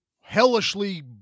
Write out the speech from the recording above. hellishly